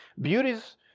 Beauty's